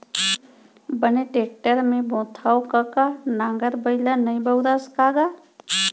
बने टेक्टर म बोथँव कका नांगर बइला नइ बउरस का गा?